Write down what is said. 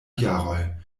jaroj